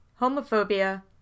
homophobia